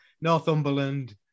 Northumberland